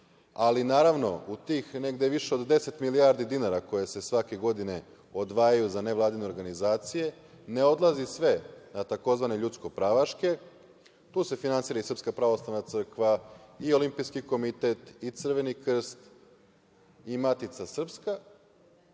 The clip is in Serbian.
Ali, naravno, u tih negde više od 10 milijardi dinara koje se svake godine odvajaju za nevladine organizacije, ne odlazi sve na tzv. ljudsko-pravaške, tu se finansira i SPC i Olimpijski komitet i Crveni krst i Matica srpska,